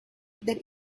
that